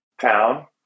town